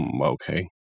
okay